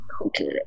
Okay